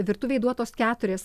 virtuvei duotos keturės